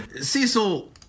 Cecil